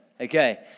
Okay